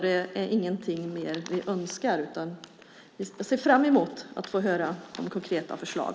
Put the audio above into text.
Det är ingenting vi mer önskar, och vi ser fram emot att få höra om konkreta förslag.